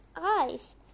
eyes